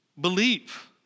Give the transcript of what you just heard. believe